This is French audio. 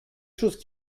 choses